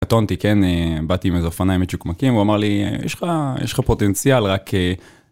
קטונתי, כן, באתי עם איזה אופניים מצ'וקמקים, הוא אמר לי, יש לך פוטנציאל, רק...